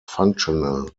functional